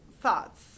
thoughts